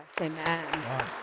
amen